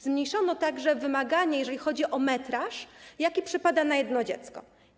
Zmniejszono także wymaganie, jeżeli chodzi o metraż, jaki przypada na jedno dziecko.